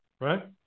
right